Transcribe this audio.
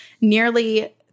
nearly